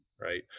right